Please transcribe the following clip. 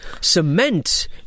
Cement